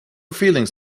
feelings